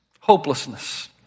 hopelessness